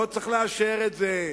לא צריך לאשר את זה,